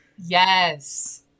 Yes